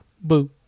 Boo